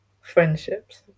friendships